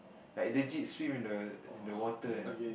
like legit swim in the in the water